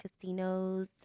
casinos